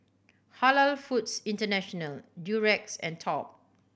Halal Foods International Durex and Top